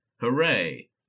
hooray